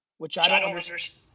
which i don't understand.